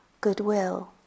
goodwill